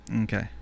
Okay